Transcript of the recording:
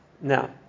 Now